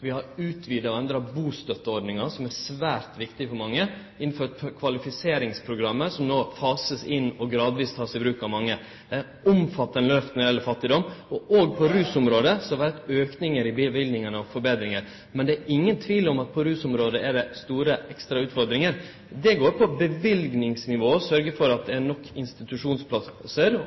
Vi har utvida og endra bustøtteordninga, som er svært viktig for mange. Vi har innført kvalifiseringsprogrammet, som no vert fasa inn og gradvis vert teke i bruk av mange – omfattande lyft når det gjeld fattigdom. Òg på rusområdet har vi hatt auke av løyvingar, og betringar, men det er ingen tvil om at det der er store, ekstra utfordringar. Det går på løyvingsnivået, det å sørgje for at det er nok institusjonsplassar.